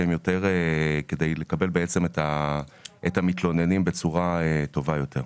שהם יותר כדי לקבל את המתלוננים בצורה טובה יותר.